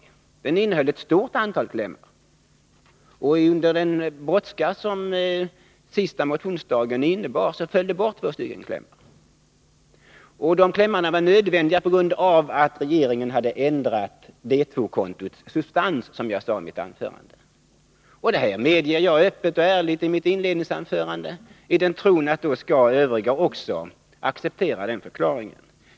Motionen innehöll ett stort antal klämmar, och under den brådska som sista motionsdagen innebar föll det bort ett par stycken. De klämmarna var nödvändiga på grund av att regeringen hade ändrat D.2-kontots substans, som jag sade i mitt inledningsanförande. Detta medgav jag öppet och ärligt och trodde att den förklaringen skulle accepteras.